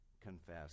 confess